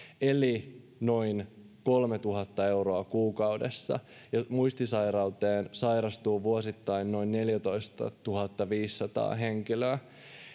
eli noin kolmetuhatta euroa kuukaudessa ja muistisairauteen sairastuu vuosittain noin neljätoistatuhattaviisisataa henkilöä